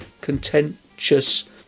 contentious